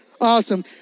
Awesome